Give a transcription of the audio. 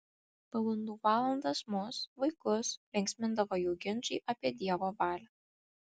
valandų valandas mus vaikus linksmindavo jų ginčai apie dievo valią